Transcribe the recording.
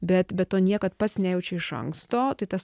bet bet to niekad pats nejaučia iš anksto tai tas